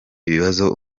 ibibazo